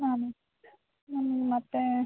ಹಾಂ ಮ್ಯಾಮ್ ಮತ್ತು